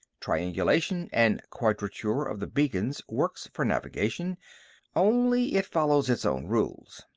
triangulation and quadrature of the beacons works for navigation only it follows its own rules.